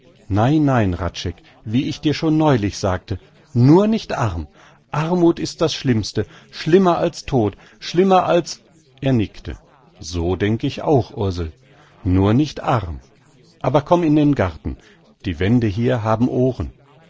nein nein hradscheck wie ich dir schon neulich sagte nur nicht arm armuth ist das schlimmste schlimmer als tod schlimmer als er nickte so denk ich auch ursel nur nicht arm aber komm in den garten die wände hier haben ohren